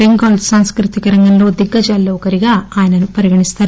బెంగాల్ సాంస్కృతిక రంగంలో దిగ్గజాల్లో ఒకరిగా ఆయనను పరిగణిస్తారు